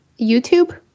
YouTube